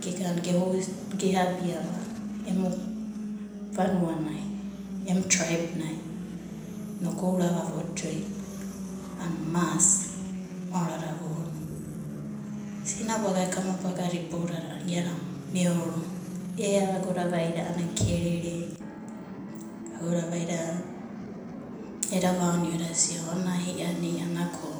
Gega geabiava emu vanuanai, emu traibnai inoku ourava vo join a'ana mas maorada vono. Sinabagada kamabagada iboudada a'ana iada meoro. Ea agoda vaida a'ana kerere ko agoda vaida eda vaoni'o edasia ona i'iadina ko